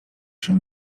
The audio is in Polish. się